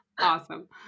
awesome